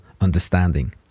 understanding